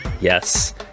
Yes